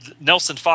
Nelson